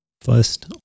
First